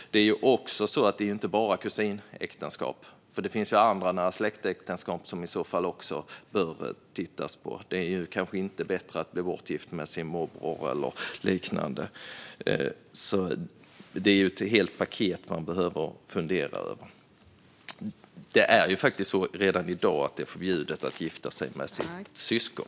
Det är också så att detta inte gäller enbart kusinäktenskap; det finns ju andra äktenskap mellan nära släktingar man också behöver titta på, för det är kanske inte bättre att bli bortgift med sin morbror eller liknande. Detta är alltså ett helt paket man behöver fundera över. Och det är faktiskt redan i dag förbjudet att gifta sig med sitt syskon.